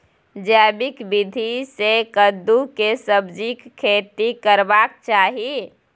जैविक विधी से कद्दु के सब्जीक खेती करबाक चाही?